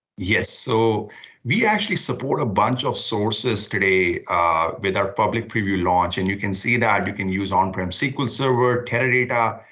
yes. so we actually support a bunch of sources today with our public preview launch. and you can see that you can use onpremsqlserver, teradata,